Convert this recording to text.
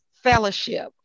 fellowship